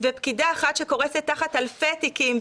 ופקידה אחת שקורסת תחת אלפי תיקים,